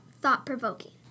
thought-provoking